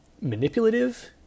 Manipulative